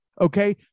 okay